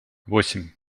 восемь